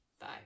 Bye